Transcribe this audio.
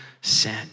sin